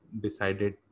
decided